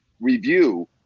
review